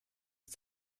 ist